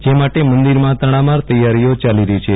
જે માટે મંદિરમાં તડામાર તૈયારીઓ ચાલી રહી છે